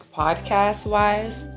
podcast-wise